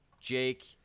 jake